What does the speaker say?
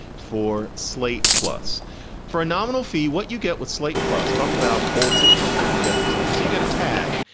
for slate plus for a nominal fee, what you get with slate, plus talk about old sitcoms like the jeffersons is you get a tag,